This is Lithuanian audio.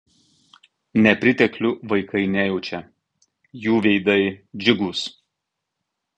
nepriteklių vaikai nejaučia jų veidai džiugūs